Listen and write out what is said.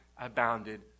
abounded